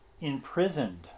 imprisoned